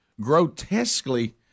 grotesquely